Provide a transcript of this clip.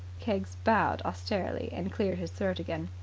keggs bowed austerely, and cleared his throat again.